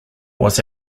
was